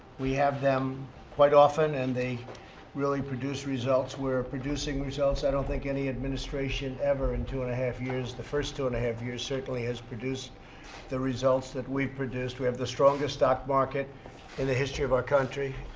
we have them quite often, and they really produce results. we're producing results i don't think any administration ever, in two and a half years the first two and a half years certainly has produced the results that we've produced. we have the strongest stock market in the history of our country.